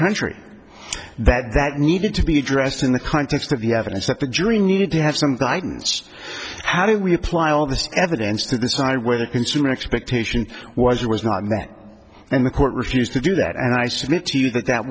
country that that needed to be addressed in the context of the evidence that the jury needed to have some guidance how do we apply all this evidence to the side where the consumer expectation was or was not met and the court refused to do that and i submit to you that that